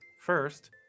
First